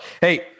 Hey